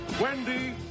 Wendy